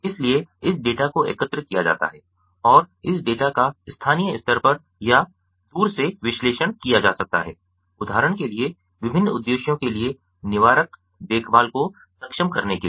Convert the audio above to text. इसलिए इस डेटा को एकत्र किया जाता है और इस डेटा का स्थानीय स्तर पर या दूर से विश्लेषण किया जा सकता है उदाहरण के लिए विभिन्न उद्देश्यों के लिए निवारक देखभाल को सक्षम करने के लिए